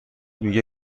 میگه